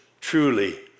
truly